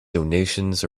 donations